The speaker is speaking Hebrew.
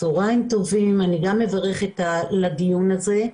טובים, אני גם מברכת על הדיון הזה.